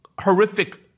horrific